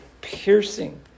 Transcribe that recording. piercing